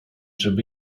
żeby